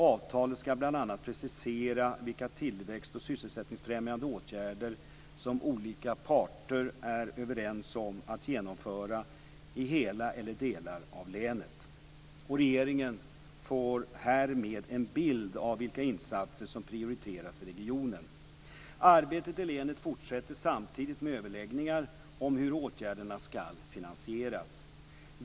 Avtalet skall bl.a. precisera vilka tillväxt och sysselsättningsfrämjande åtgärder som olika parter är överens om att genomföra i hela eller delar av länet. Regeringen får härmed en bild av vilka insatser som prioriteras i regionen. Arbetet i länet fortsätter samtidigt med överläggningar om hur åtgärderna skall finansieras.